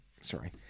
Sorry